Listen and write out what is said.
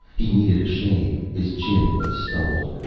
he needed a shave his chin was stubbled.